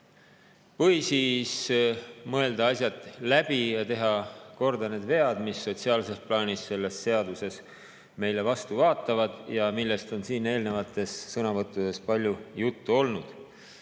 või siis mõelda asjad läbi ning teha korda need vead, mis sotsiaalses plaanis selles seaduses meile vastu vaatavad ja millest on siin eelnevates sõnavõttudes palju juttu olnud.